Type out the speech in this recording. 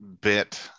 bit